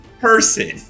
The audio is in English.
person